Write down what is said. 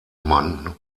mann